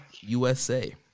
USA